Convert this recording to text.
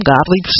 Godly